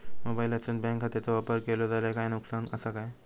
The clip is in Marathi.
मोबाईलातसून बँक खात्याचो वापर केलो जाल्या काय नुकसान असा काय?